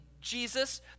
Jesus